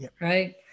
right